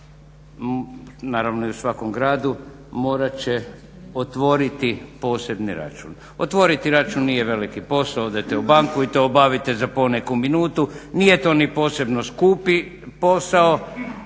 naravno i u svakom gradu morat će otvoriti posebni račun. Otvoriti račun nije veliki posao, odete u banku i to obavite za po neku minutu, nije to ni posebno skupi posao,